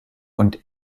und